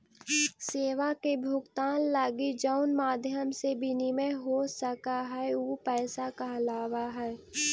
सेवा के भुगतान लगी जउन माध्यम से विनिमय हो सकऽ हई उ पैसा कहलावऽ हई